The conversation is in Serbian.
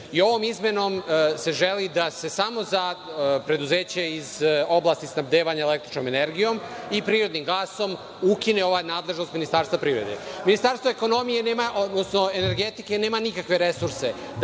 i ovom izmenom se želi da se samo za preduzeća iz oblasti snabdevanja električnom energijom i prirodnim gasom ukine ova nadležnost Ministarstva privrede. Ministarstvo energetike nema nikakve resurse